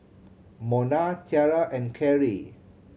Mona Tiara and Kerry